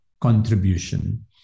contribution